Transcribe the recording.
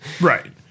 Right